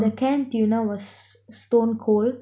the canned tuna was stone cold